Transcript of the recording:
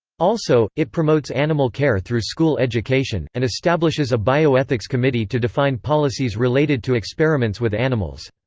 also, it promotes animal care through school education, and establishes a bioethics committee to define policies related to experiments with animals.